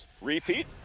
repeat